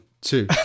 two